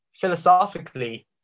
philosophically